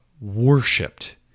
worshipped